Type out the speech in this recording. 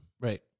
Right